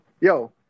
yo